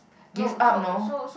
give up you know